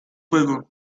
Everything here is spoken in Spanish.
fuego